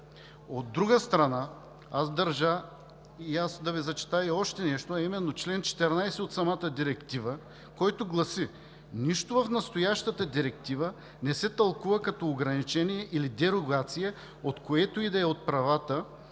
От друга страна, държа да Ви изчета и още нещо, а именно чл. 14 от самата директива, който гласи: „Нищо в настоящата директива не се тълкува като ограничение или дерогация от което и да е от правата